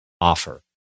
offer